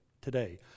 today